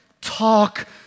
talk